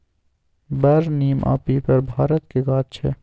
बर, नीम आ पीपर भारतक गाछ छै